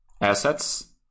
Assets